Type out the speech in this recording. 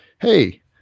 hey